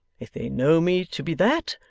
if they know me to be that,